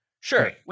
Sure